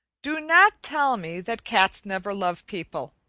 do not tell me that cats never love people